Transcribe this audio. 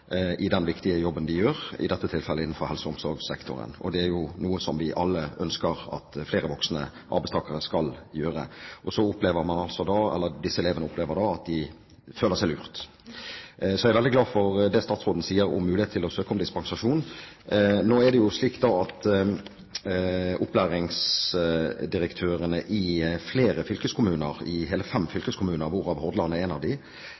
i den viktige jobben de gjør, i dette tilfellet innenfor helse- og omsorgssektoren. Det er jo noe som vi alle ønsker at flere voksne arbeidstakere skal gjøre. Disse elevene opplever da at de føler seg lurt. Så jeg er veldig glad for det statsråden sier om mulighet til å søke om dispensasjon. Nå er det jo slik at opplæringsdirektørene i flere fylkeskommuner – i hele fem fylkeskommuner hvorav Hordaland er en av